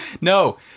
No